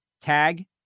tag